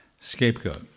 Scapegoat